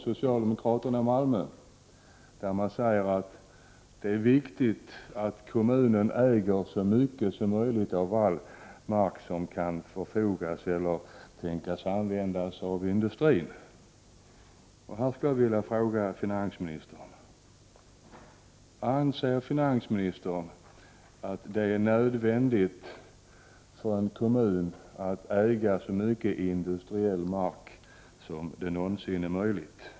Socialdemokrater i Malmö säger att det är viktigt att kommunen äger så mycket mark som möjligt av all mark som kan förfogas över eller tänkas användas av industrin. Här skulle jag vilja fråga finansministern: Anser finansministern att det är nödvändigt för en kommun att äga så mycket industriell mark som det någonsin är möjligt?